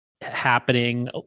happening